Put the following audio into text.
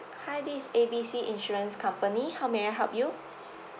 hi this is A B C insurance company how may I help you